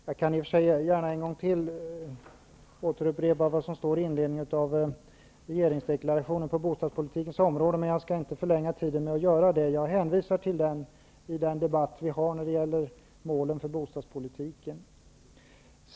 Jag kan i och för sig gärna återupprepa vad som står i regeringsdeklarationen när det gäller bostadspolitiken, men jag skall inte förlänga debatten med det. Jag hänvisar till den debatt vi har när det gäller målen för bostadspolitiken.